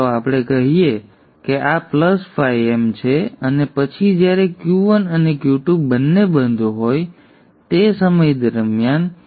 તેથી ચાલો આપણે કહીએ કે આ φm છે અને પછી જ્યારે Q 1 અને Q 2 બંને બંધ હોય તે સમય દરમિયાન